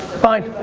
fine.